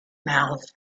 mouth